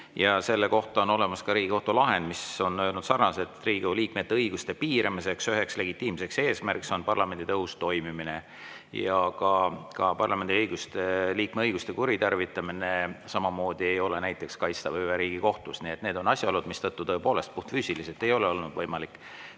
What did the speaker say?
Selle kohta on olemas ka Riigikohtu lahend, mis on öelnud sarnaselt, et Riigikogu liikmete õiguste piiramise üks legitiimne eesmärk on parlamendi tõhus toimimine. Ja parlamendiliikme õiguste kuritarvitamine samamoodi ei ole näiteks kaitstav hüve Riigikohtus. Nii et need on asjaolud, mistõttu puhtfüüsiliselt ei ole olnud võimalik